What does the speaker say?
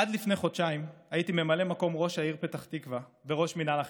עד לפני חודשיים הייתי ממלא מקום ראש העיר פתח תקווה וראש מינהל החינוך.